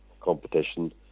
competition